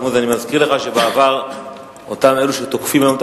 אני מזכיר לך שבעבר אלה שתוקפים היום את